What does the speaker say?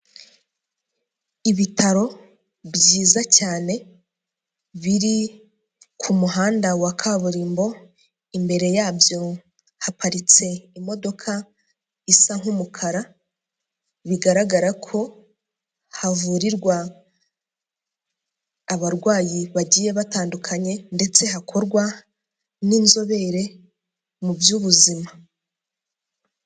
Ibitaro byiza cyane biri ku muhanda wa kaburimbo, imbere yabyo haparitse imodoka isa nk'umukara, bigaragara ko havurirwa abarwayi bagiye batandukanye ndetse hakorwa n'inzobere mu by'ubuzima.